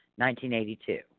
1982